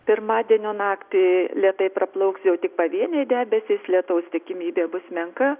pirmadienio naktį lėtai praplauks jau tik pavieniai debesys lietaus tikimybė bus menka